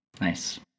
Nice